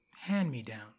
hand-me-down